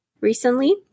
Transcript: recently